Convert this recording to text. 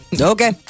Okay